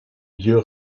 lieu